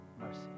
mercy